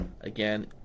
Again